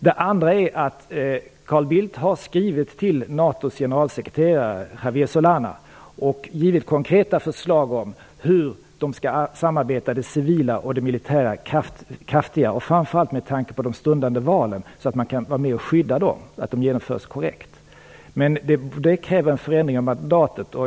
Det andra är att Carl Bildt har skrivit till NATO:s generalsekreterare Javier Solana och givit konkreta förslag om hur det civila och det militära skall samarbeta kraftigare, framför allt med tanke på de stundande valen, så att man kan medverka till att de genomförs korrekt. Det kräver en förändring av mandatet.